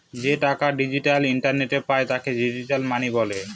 যে টাকা ডিজিটাল ইন্টারনেটে পায় তাকে ডিজিটাল মানি বলে